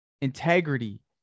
integrity